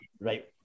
Right